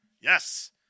yes